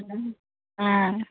অঁ